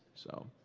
so.